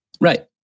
Right